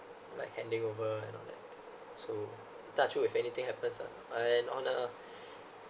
like handing over and all that so touch wood if anything happens ah and on a